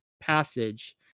passage